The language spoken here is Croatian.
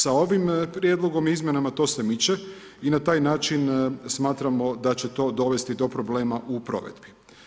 Sa ovim prijedlogom i izmjenama to se miče i na taj način, smatramo da će to dovesti do problema u provedbi.